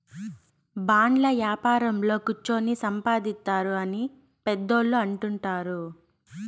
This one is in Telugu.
బాండ్ల యాపారంలో కుచ్చోని సంపాదిత్తారు అని పెద్దోళ్ళు అంటుంటారు